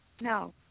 No